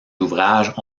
ouvrages